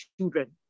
children